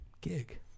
gig